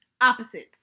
opposites